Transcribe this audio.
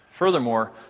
Furthermore